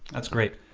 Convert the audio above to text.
that's great.